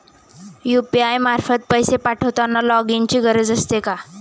UPI मार्फत पैसे पाठवताना लॉगइनची गरज असते का?